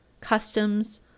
customs